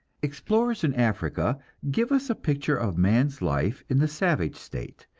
explorers in africa give us a picture of man's life in the savage state,